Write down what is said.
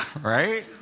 Right